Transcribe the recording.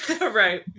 Right